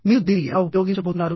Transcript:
మీరు దీన్ని ఎలా ఉపయోగించబోతున్నారు